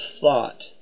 thought